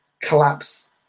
collapse